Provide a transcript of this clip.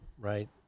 Right